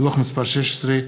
דוח מס' 16,